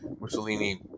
Mussolini